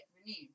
renewed